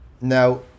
Now